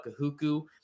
Kahuku